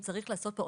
אם צריך לעשות.